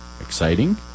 exciting